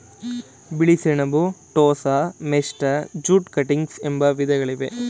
ಬಿಳಿ ಸೆಣಬು, tossa, mesta, jute cuttings ಎಂಬ ವಿಧಗಳಿವೆ